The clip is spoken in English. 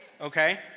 Okay